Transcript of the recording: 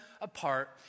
apart